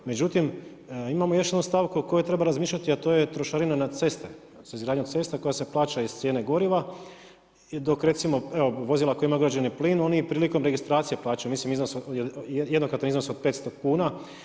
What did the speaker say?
Međutim imamo još jednu stavku o kojoj treba razmišljati a to je trošarina na ceste, s izgradnjom cesta koja se plaća iz cijene goriva dok recimo evo vozila koja imaju ugrađeni plin oni prilikom registracije plaćaju mislim iznos, jednokratan iznos od 500 kuna.